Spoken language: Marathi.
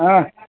हा